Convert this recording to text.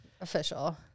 official